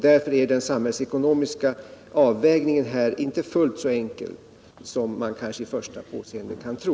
Därför är den samhällsekonomiska avvägningen inte fullt så enkel som man vid första påseendet kan tro.